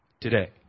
today